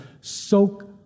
soak